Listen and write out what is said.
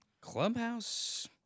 Clubhouse